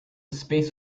space